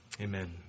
Amen